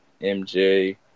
MJ